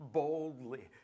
boldly